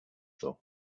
though